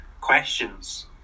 questions